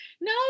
No